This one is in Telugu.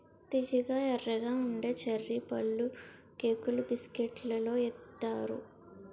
తియ్యగా ఎర్రగా ఉండే చర్రీ పళ్ళుకేకులు బిస్కట్లలో ఏత్తారు